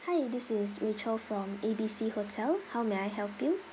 hi this is rachel from A B C hotel how may I help you